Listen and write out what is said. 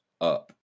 up